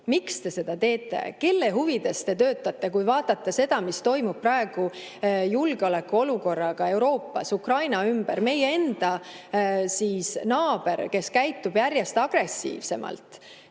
Miks te seda teete? Kelle huvides te töötate? Kui vaadata seda, mis toimub praeguses julgeolekuolukorras Euroopas Ukraina ümber – meie naaber käitub järjest agressiivsemalt